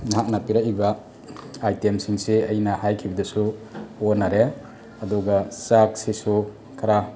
ꯅꯍꯥꯛꯅ ꯄꯤꯔꯛꯂꯤꯕ ꯑꯥꯏꯇꯦꯝꯁꯤꯡꯁꯦ ꯑꯩꯅ ꯍꯥꯏꯈꯤꯕꯗꯁꯨ ꯑꯣꯟꯅꯔꯦ ꯑꯗꯨꯒ ꯆꯥꯛꯁꯤꯁꯨ ꯈꯔ